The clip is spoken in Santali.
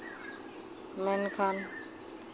ᱢᱮᱱᱠᱷᱟᱱ